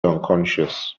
unconscious